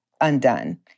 undone